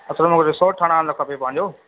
असल में मूंखे रिसोट ठाराइण लाइ खपे पंहिंजो